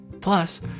Plus